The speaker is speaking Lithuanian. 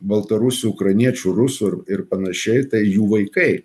baltarusių ukrainiečių rusų ir ir panašiai tai jų vaikai